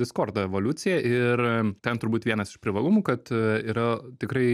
diskordo evoliuciją ir ten turbūt vienas iš privalumų kad yra tikrai